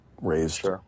raised